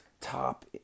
top